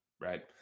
right